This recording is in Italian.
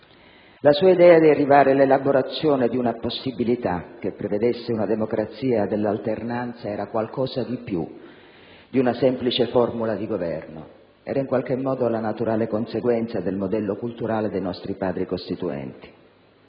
La sua idea di arrivare all'elaborazione di una possibilità che prevedesse una democrazia dell'alternanza era qualcosa di più di una semplice formula di governo: era in qualche modo la naturale conseguenza del modello culturale dei nostri padri costituenti.